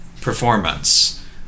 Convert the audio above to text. Performance